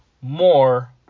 more